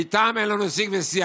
ואיתם אין לנו שיג ושיח.